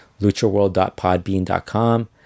LuchaWorld.Podbean.com